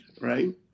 right